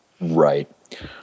Right